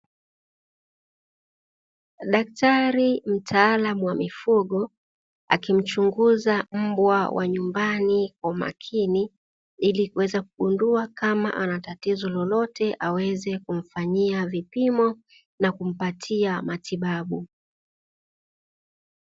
Daktari mtaalamu wa mifugo akimchunguza mbwa wa nyumbani kwa makini, ili kuweza kugundua kama ana tatizo lolote aweze kumfanyia vipimo na kumpatia matibabu.